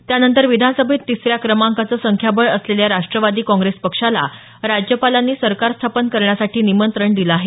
त्यानंतर विधानसभेत तिसऱ्या क्रमांकाचं संख्याबळ असलेल्या राष्ट्रवादी काँग्रेस पक्षाला राज्यपालांनी सरकार स्थापन करण्यासाठी निमंत्रण दिलं आहे